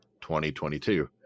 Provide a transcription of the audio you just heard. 2022